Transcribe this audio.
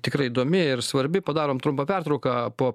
tikrai įdomi ir svarbi padarom trumpą pertrauką po